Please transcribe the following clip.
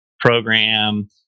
Program